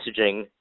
messaging